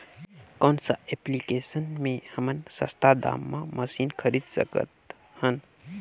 कौन सा एप्लिकेशन मे हमन सस्ता दाम मे मशीन खरीद सकत हन?